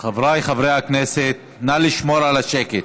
חבריי חברי הכנסת, נא לשמור על השקט.